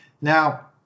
Now